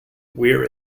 wear